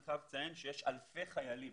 אני חייב לציין שיש אלפי חיילים